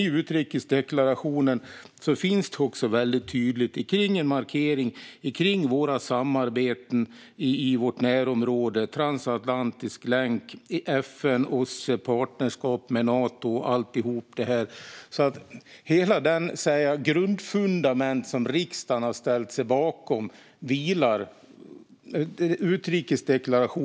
I utrikesdeklarationen finns också en väldigt tydlig markering kring våra samarbeten i närområdet: transatlantisk länk, FN, OSSE, partnerskap med Nato och alltihop. Utrikesdeklarationen vilar på hela det grundfundament som riksdagen har ställt sig bakom.